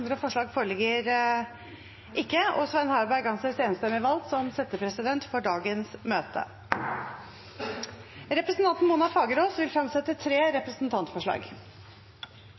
forslag foreligger ikke, og Svein Harberg anses enstemmig valgt som settepresident for dagens møte. Representanten Mona Fagerås vil fremsette tre representantforslag.